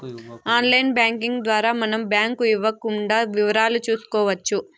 online banking ద్వారా మనం bank ఇవ్వకుండా వివరాలు చూసుకోవచ్చు